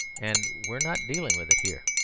and we are not dealing with it here.